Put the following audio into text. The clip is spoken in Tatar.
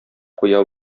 куя